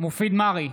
מופיד מרעי,